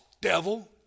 devil